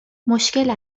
مشکل